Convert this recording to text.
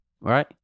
right